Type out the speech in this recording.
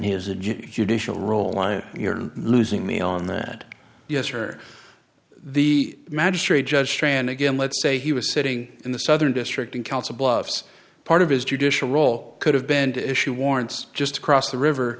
and you're losing me on that yes or the magistrate judge strand again let's say he was sitting in the southern district in council bluffs part of his judicial role could have been the issue warrants just across the river